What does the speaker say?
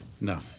no